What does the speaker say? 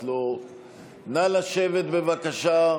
נא לשבת, בבקשה.